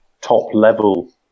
top-level